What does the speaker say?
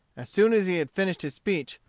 as soon as he had finished his speech,